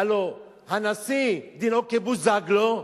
הלוא הנשיא דינו כבוזגלו.